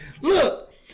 look